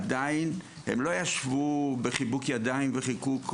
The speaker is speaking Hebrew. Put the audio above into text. עדיין הם לא ישבו בחיבוק ידיים וחיכו,